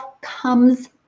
comes